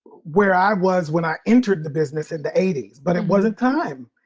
where i was when i entered the business in the eighty s, but it wasn't time.